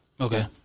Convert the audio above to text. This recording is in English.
Okay